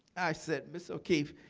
i said ms. o'keeffe,